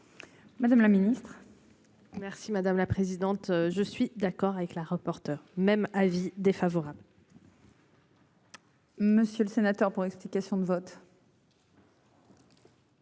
Madame la Ministre. Merci madame la présidente. Je suis d'accord avec la rapporteure même avis défavorable. Monsieur le sénateur pour explication de vote.